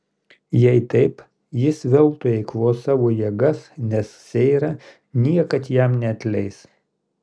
jei taip jis veltui eikvos savo jėgas nes seira niekad jam neatleis